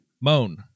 Moan